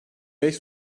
beş